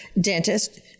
dentist